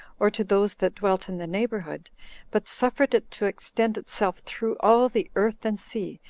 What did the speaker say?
or to those that dwelt in the neighborhood but suffered it to extend itself through all the earth and sea,